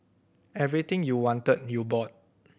everything you wanted you bought